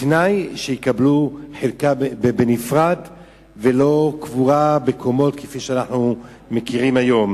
בתנאי שיקבלו חלקה נפרדת ולא קבורה בקומות כפי שאנחנו מכירים היום.